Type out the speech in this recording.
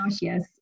yes